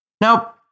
Now